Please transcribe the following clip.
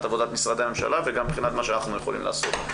עבודת משרדי הממשלה וגם מבחינת מה שאנחנו יכולים לעשות.